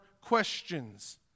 questions